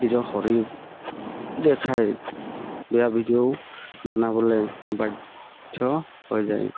নিজৰ শৰীৰ দেখাই বেয়া ভিডিঅ' বনাবলৈ বাধ্য হৈ যায়